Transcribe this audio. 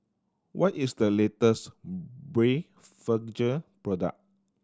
what is the latest Blephagel product